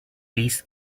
least